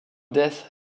death